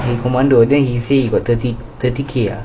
he commando then he say he got thirty thirty K ah